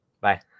Bye